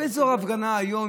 באזור הפגנה היום,